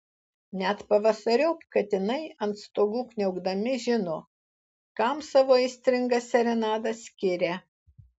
net pavasariop katinai ant stogų kniaukdami žino kam savo aistringas serenadas skiria